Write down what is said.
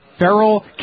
feral